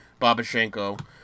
Babashenko